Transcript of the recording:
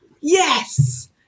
Yes